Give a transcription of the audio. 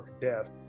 death